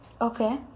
Okay